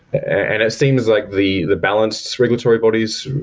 and it seems like the the balanced regulatory bodies,